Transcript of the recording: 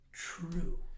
True